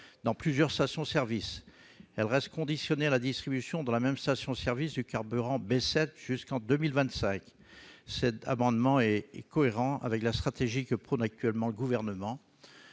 dans plusieurs stations-service. Elle reste conditionnée à la distribution, dans la même station-service, du carburant B7 jusqu'en 2025. Cet amendement est cohérent avec la stratégie que prône actuellement le Gouvernement